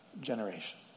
generation